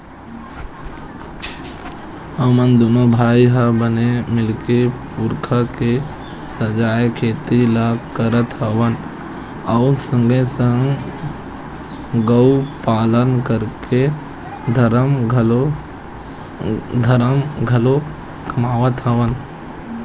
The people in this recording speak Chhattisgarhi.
हमन दूनो भाई ह बने मिलके पुरखा के संजोए खेती ल करत हवन अउ संगे संग गउ पालन करके धरम घलोक कमात हवन